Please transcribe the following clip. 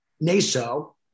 naso